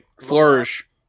flourish